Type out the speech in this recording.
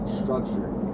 structured